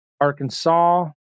Arkansas